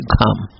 come